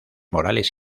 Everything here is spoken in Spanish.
morales